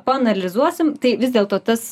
paanalizuosim tai vis dėlto tas